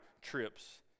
trips